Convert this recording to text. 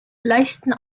leisten